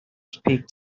speak